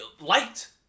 Light